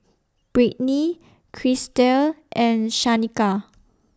Britni Krystle and Shanika